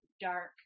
dark